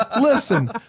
listen